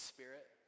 Spirit